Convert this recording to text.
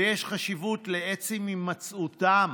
ויש חשיבות לעצם הימצאותן